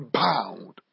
bound